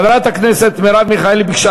חברת הכנסת מרב מיכאלי ביקשה